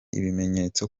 ibimenyetso